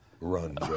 Run